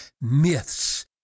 myths